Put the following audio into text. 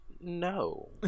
no